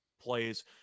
plays